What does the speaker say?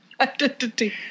Identity